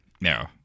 No